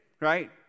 right